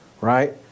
right